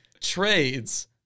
trades